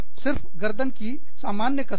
सिर्फ गर्दन की सामान्य कसरत